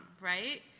right